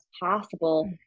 possible